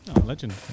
legend